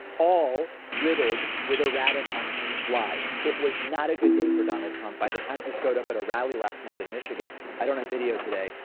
all riddled with erratic on hinged lies. it was not a good day for donald trump by the time he showed up at a rally last night in michigan. i don't have video today,